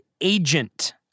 agent